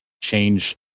change